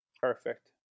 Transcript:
Perfect